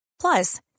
Plus